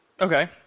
Okay